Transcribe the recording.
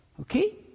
Okay